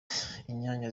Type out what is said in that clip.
inyanya